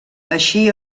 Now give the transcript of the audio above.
així